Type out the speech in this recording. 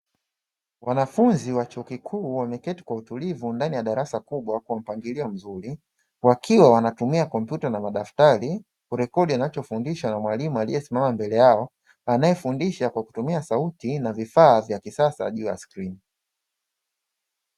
Wanafunzi wa chuo kikuu wameketi kwa utulivu ndani ya darasa kubwa kwa mpangilio mzuri, wakiwa wanatumia kompyuta na madaftari kurekodi wanachofundishwa na mwalimu aliyesimama mbele yao. Anayefundisha kwa kutumia sauti na vifaa vya kisasa juu ya skrini.